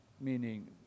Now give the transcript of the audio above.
meaning